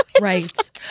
Right